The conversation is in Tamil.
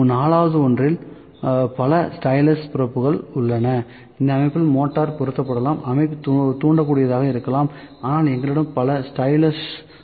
4 வது ஒன்றில் பல ஸ்டைலஸ் ப்ரோப்கள் உள்ளன இந்த அமைப்பில் மோட்டார் பொருத்தப்படலாம் அமைப்பு தூண்டக்கூடியதாக இருக்கலாம் ஆனால் எங்களிடம் பல ஸ்டைலஸ்கள் உள்ளன